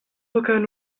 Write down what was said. aucun